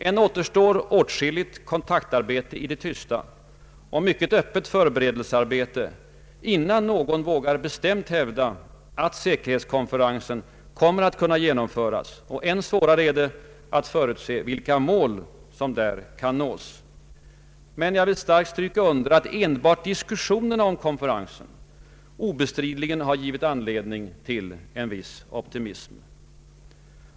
Än återstår åtskilligt kontaktarbete i det tysta och mycket öppet förberedelsearbete innan någon vågar bestämt hävda, att säkerhetskonferensen kommer att kunna genomföras. Än svårare är det att förutse vilka mål som där kan nås. Men jag vill starkt stryka under att enbart diskussionerna om konferensen obestridligen har givit anledning till en viss optimism.